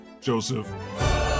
Joseph